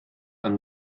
yng